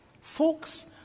Folks